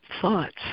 thoughts